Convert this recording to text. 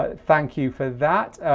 ah thank you for that.